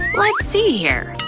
like see here,